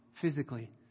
physically